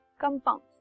compounds